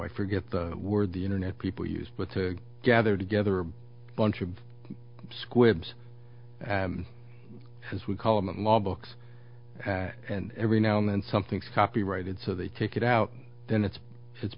i forget the word the internet people use but to gather together a bunch of squibs as we call them law books and every now and then something's copyrighted so they take it out then it's it's